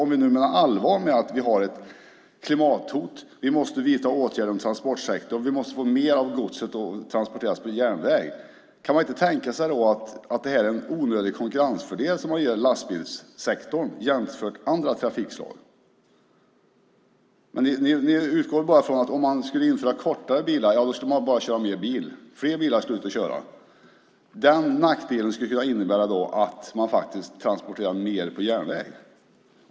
Om vi nu menar allvar med att vi har ett klimathot, att vi måste vidta åtgärder inom transportsektorn och att vi måste få mer av godset att transporteras på järnväg, kan man då inte tänka sig att detta är en onödig konkurrensfördel som man ger lastbilssektorn jämfört med andra trafikslag? Ni utgår från att om kortare bilar skulle införas skulle man bara köra mer bil. Fler bilar skulle ut och köra. Men denna nackdel skulle kunna innebära att man transporterade mer på järnväg.